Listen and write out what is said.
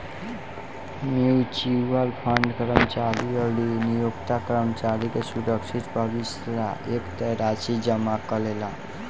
mutual fund कर्मचारी अउरी नियोक्ता कर्मचारी के सुरक्षित भविष्य ला एक तय राशि जमा करेला